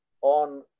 on